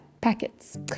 packets